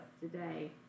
today